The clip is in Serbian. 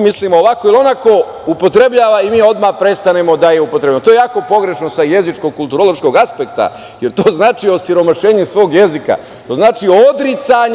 mislimo ovako ili onako, upotrebljava i mi odmah prestanemo da je upotrebljavamo. To je jako pogrešno sa jezičko kulturološkog aspekta, jer to znači osiromašenje svog jezika. To znači odricanje